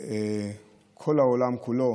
כל העולם כולו